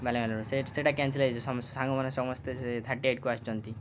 ସେଇଟା କ୍ୟାନ୍ସଲ୍ ହୋଇଛି ସମ ସାଙ୍ଗମାନେ ସମସ୍ତେ ଥାର୍ଟି ଏଇଟ୍କୁ ଆସିଛନ୍ତି